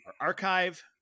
archive